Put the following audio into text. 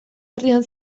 herrian